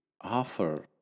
offer